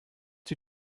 die